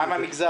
מה עם המגזר?